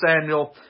Samuel